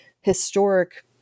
historic